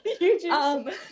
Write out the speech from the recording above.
YouTube